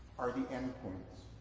are the endpoints